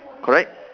correct